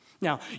Now